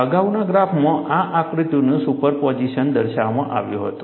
અગાઉના ગ્રાફમાં આ આકૃતિનું સુપરપોઝિશન દર્શાવવામાં આવ્યું હતું